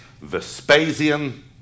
Vespasian